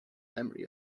memory